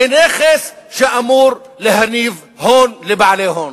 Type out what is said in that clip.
כנכס שאמור להניב הון לבעלי הון.